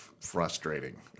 frustrating